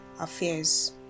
affairs